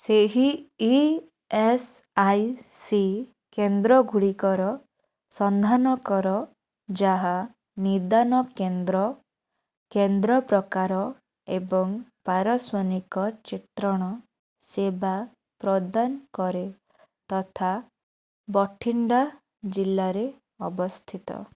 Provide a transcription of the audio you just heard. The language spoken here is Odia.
ସେହି ଇ ଏସ୍ ଆଇ ସି କେନ୍ଦ୍ରଗୁଡ଼ିକର ସନ୍ଧାନ କର ଯାହା ନିଦାନ କେନ୍ଦ୍ର କେନ୍ଦ୍ର ପ୍ରକାର ଏବଂ ପାରସ୍ଵନିକ ଚିତ୍ରଣ ସେବା ପ୍ରଦାନ କରେ ତଥା ବଠିଣ୍ଡା ଜିଲ୍ଲାରେ ଅବସ୍ଥିତ